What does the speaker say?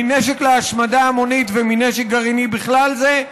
מנשק להשמדה המונית ומנשק גרעיני בכלל זה,